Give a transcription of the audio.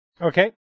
okay